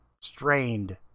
strained